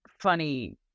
funny